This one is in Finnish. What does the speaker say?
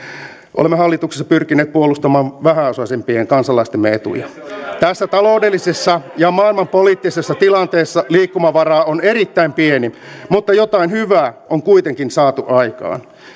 olemme hallituksessa pyrkineet puolustamaan vähäosaisimpien kansalaistemme etuja tässä taloudellisessa ja maailmanpoliittisessa tilanteessa liikkumavara on erittäin pieni mutta jotain hyvää on kuitenkin saatu aikaan